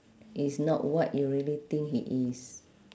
is not what you really think he is